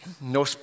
No